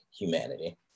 humanity